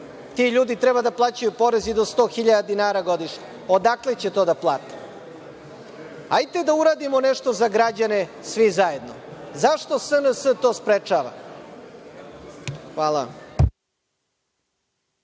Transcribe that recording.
ti ljudi treba da plaćaju porez i do 100 hiljada dinara godišnje. Odakle će to da plate? Hajde da uradimo nešto za građane svi zajedno. Zašto SNS to sprečava? Hvala